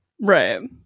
Right